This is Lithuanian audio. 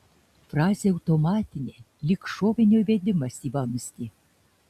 frazė automatinė lyg šovinio įvedimas į vamzdį